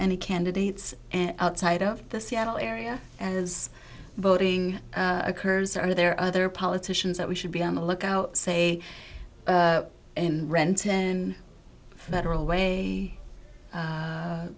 any candidates and outside of the seattle area as voting occurs or are there other politicians that we should be on the lookout say in rents in federal way